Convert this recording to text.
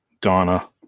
Donna